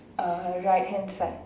uh right hand side